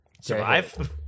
survive